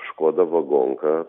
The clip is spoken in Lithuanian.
škoda vagonka